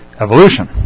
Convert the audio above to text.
evolution